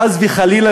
חס וחלילה,